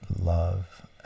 love